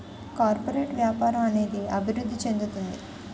corporate వ్యాపారం అనేది అభివృద్ధి చెందుతుంది